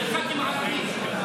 על ח"כים ערבים.